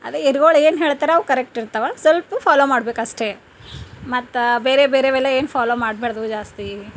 ಅದೇ ಇರುಗಳು ಏನು ಹೇಳ್ತಾರೆ ಅವು ಕರೆಕ್ಟಿರ್ತಾವೆ ಸ್ವಲ್ಪ ಫಾಲೋ ಮಾಡಬೇಕಷ್ಟೆ ಮತ್ತು ಬೇರೆ ಬೇರೆ ಇವೆಲ್ಲ ಏನು ಫಾಲೋ ಮಾಡ್ಬಾರ್ದು ಜಾಸ್ತಿ